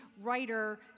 writer